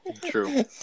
True